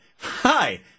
Hi